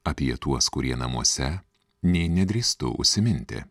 apie tuos kurie namuose nė nedrįstu užsiminti